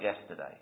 yesterday